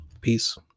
Peace